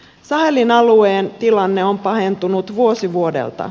sahelin alueen tilanne on pahentunut vuosi vuodelta